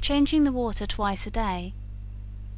changing the water twice a day